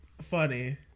funny